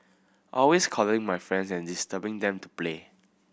always calling my friends and disturbing them to play